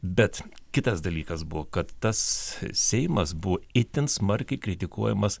bet kitas dalykas buvo kad tas seimas buvo itin smarkiai kritikuojamas